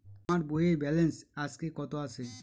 আমার বইয়ের ব্যালেন্স আজকে কত আছে?